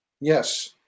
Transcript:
Yes